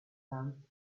tenth